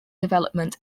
development